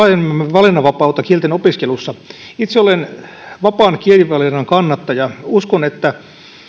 valinnanvapautta kielten opiskelussa itse olen vapaan kielivalinnan kannattaja uskon että